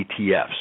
ETFs